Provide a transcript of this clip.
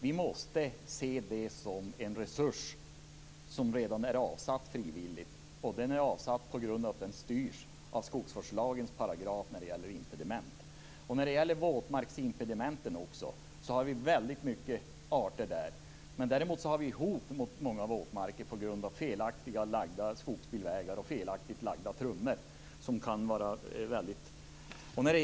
Vi måste se impedimenten som en resurs som redan är frivilligt avsatt. Den är avsatt på grund av att den styrs av skogsvårdslagens paragraf om impediment. I våtmarksimpedimenten finns det väldigt många arter. Däremot finns det hot mot många våtmarker på grund av felaktigt lagda skogsbilvägar och felaktigt lagda trummor.